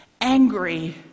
angry